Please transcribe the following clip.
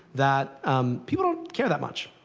that um people don't care that much.